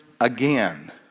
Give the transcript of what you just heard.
again